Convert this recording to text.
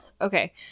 Okay